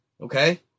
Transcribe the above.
Okay